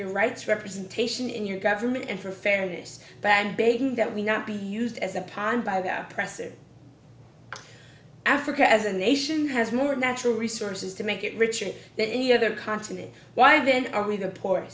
your rights representation in your government and for fairness back and baiting that we not be used as upon by the press in africa as a nation has more natural resources to make it richer than any other continent why then are we the poor